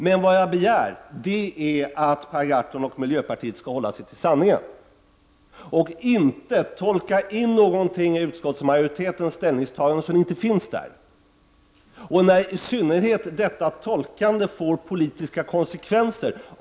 Men vad jag begär är att Per Gahrton och miljöpartiet skall hålla sig till sanningen och inte tolka in någonting i utskottsmajoritetens ställningstagande som inte finns där, i synnerhet när detta tolkande får politiska konsekvenser.